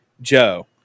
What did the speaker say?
Joe